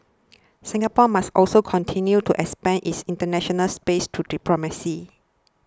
Singapore must also continue to expand its international space through diplomacy